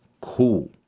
Cool